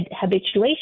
habituation